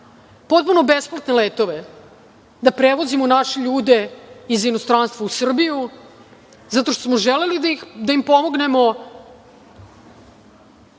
potpuno besplatne letove da prevozimo naše ljude iz inostranstva u Srbiju, zato što smo želeli da im pomognemo